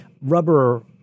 rubber